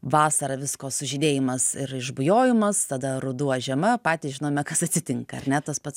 vasara visko sužydėjimas ir ižbujojimas tada ruduo žiema patys žinome kas atsitinka ar ne tas pats